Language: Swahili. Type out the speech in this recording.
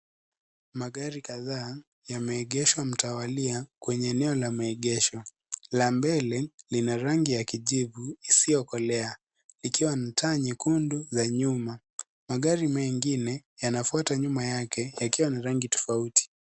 Magari kadhaa yameegeshwa mtawalia, kwenye eneo la maegesho la mbele. Lina rangi ya kijivu isiyokolea ikiwa na taa nyekundu za nyuma. Magari mengine yanafuata nyuma yake yakiwa na rangi tofauti.